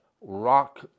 rock